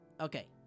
Okay